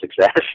success